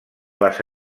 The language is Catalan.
les